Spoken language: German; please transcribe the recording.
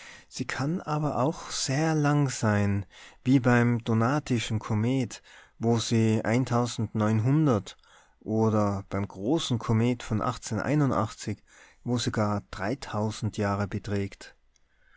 sie kann aber auch sehr lang sein wie beim donatischen komet wo sie oder beim großen komet von wo sie gar jahre beträgt